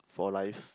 for life